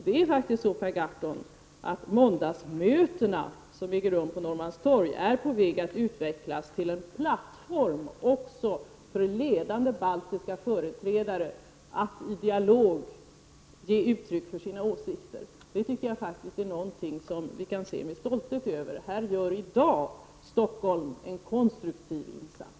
Det är faktiskt så, Per Gahrton, att måndagsmötena som äger rum på Norrmalmstorg är på väg att utvecklas till en plattform också för ledande baltiska företrädare att i dialog ge uttryck för sina åsikter. Det tycker jag är någonting som vi kan vara stolta över. Här gör i dag Stockholm en konstruktiv insats.